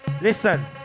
Listen